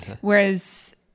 whereas